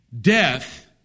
Death